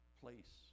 place